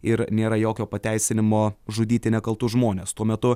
ir nėra jokio pateisinimo žudyti nekaltus žmones tuo metu